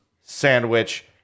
sandwich